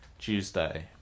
tuesday